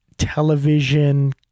television